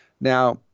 Now